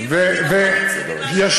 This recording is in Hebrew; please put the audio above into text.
והיא לא הקימה קואליציה,